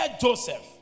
Joseph